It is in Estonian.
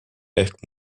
ehk